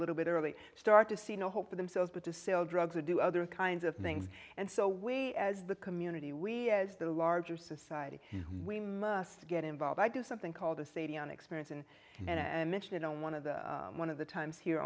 little bit early start to see no hope for themselves but to sell drugs or do other kinds of things and so we as the community we as the larger society we must get involved i do something called the sadia on experience and and i mention it on one of the one of the times here